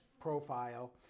profile